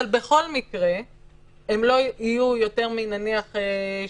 אבל בכל מקרה הם לא יהיו יותר מ-65%